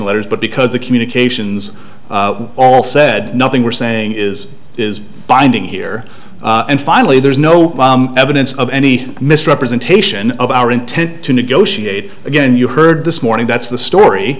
negotiation letters but because the communications all said nothing we're saying is is binding here and finally there's no evidence of any misrepresentation of our intent to negotiate again you heard this morning that's the story